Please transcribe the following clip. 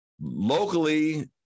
Locally